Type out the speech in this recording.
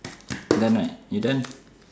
done right you done